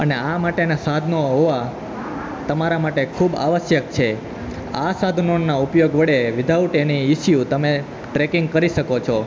અને આ માટેના સાધનો હોવા તમારા માટે ખૂબ આવશ્યક છે આ સાધનોના ઉપયોગ વડે વિધાઉટ એની ઇશ્યૂ તમે ટ્રેકિંગ કરી શકો છો